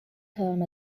term